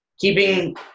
keeping